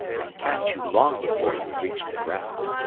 and catch you long before you had reached the ground.